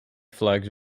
flags